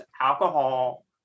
alcohol